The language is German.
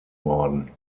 worden